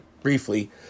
briefly